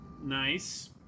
Nice